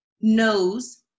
knows